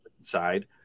side